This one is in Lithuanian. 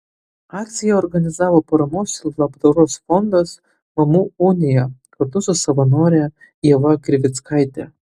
akciją organizavo paramos ir labdaros fondas mamų unija kartu su savanore ieva krivickaite